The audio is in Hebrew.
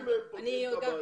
גם אני לא.